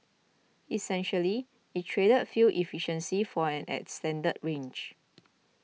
essentially it traded fuel efficiency for an extended range